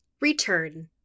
Return